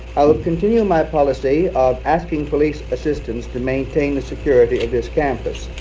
i will continue my policy of asking police assistance to maintain the security of this campus.